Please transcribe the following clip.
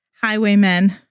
highwaymen